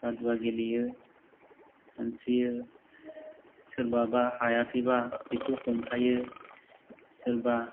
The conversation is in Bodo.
बादुवा गेलेयो सानस्रियो सोरबाबा हायाखैबा बेखौ हमथायो सोरबा